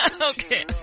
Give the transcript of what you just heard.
Okay